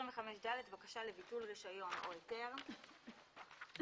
25ד.בקשה לביטול רישיון או ההיתר הופרו